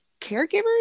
caregivers